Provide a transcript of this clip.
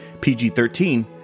PG-13